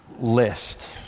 list